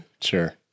Sure